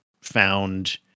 found